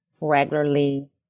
regularly